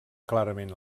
clarament